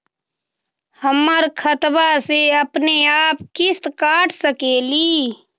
हमर खाता से अपनेआप किस्त काट सकेली?